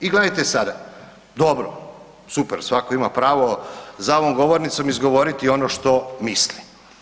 I gledajte sada, dobro, super, svako ima pravo za ovom govornicom izgovoriti ono što misli.